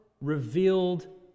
revealed